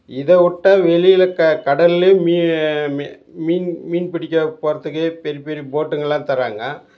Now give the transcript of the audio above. இதை விட்டா வெளியில் க கடல்லேயும் மீ மி மீன் மீன் பிடிக்க போகிறத்துக்கு பெரிய பெரிய போட்டுங்கள்லாம் தர்றாங்க